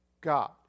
God